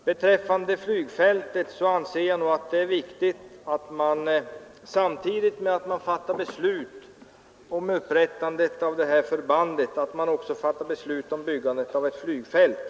Beträffande flygfältet anser jag att det är viktigt att man samtidigt med att man fattar beslut om upprättandet av det här förbandet också fattar beslut om byggandet av ett flygfält.